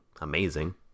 amazing